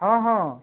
ହଁ ହଁ